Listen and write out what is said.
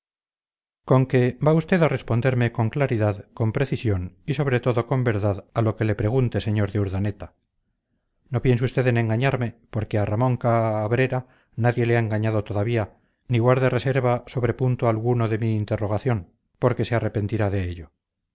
con que va usted a responderme con claridad con precisión y sobre todo con verdad a lo que le pregunte sr de urdaneta no piense usted en engañarme porque a ramón ca brera nadie le ha engañado todavía ni guarde reserva sobre punto alguno de mi interrogación porque se arrepentirá de ello